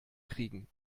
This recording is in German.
kriegen